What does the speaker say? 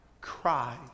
cry